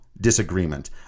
disagreement